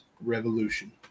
Revolution